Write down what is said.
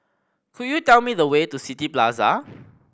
could you tell me the way to City Plaza